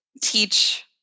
teach